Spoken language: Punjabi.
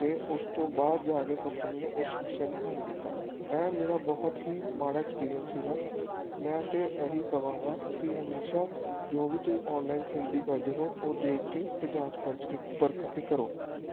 ਅਤੇ ਉਸ ਤੋਂ ਬਾਅਦ ਜਾ ਕੇ ਕੰਪਨੀ ਨੇ ਉਸ ਸਮੱਸਿਆ ਨੂੰ ਹੱਲ ਕੀਤਾ ਇਹ ਮੇਰਾ ਬਹੁਤ ਹੀ ਮਾੜਾ ਐਕਸਪੀਰੀਐਂਸ ਸੀਗਾ ਮੈਂ ਤਾਂ ਇਹ ਹੀ ਕਹਾਂਗਾ ਕਿ ਹਮੇਸ਼ਾ ਜੋ ਵੀ ਤੁਸੀਂ ਅੋਨਲਾਈਨ ਖਰੀਦੀ ਕਰਦੇ ਹੋ ਉਹ ਦੇਖ ਕੇ ਅਤੇ ਜਾਂਚ ਪਰਚ ਪਰਖ ਕੇ ਕਰੋ